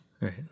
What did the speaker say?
Right